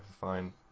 fine